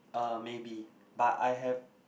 uh maybe but I have